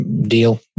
deal